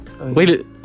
Wait